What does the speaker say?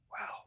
Wow